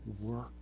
work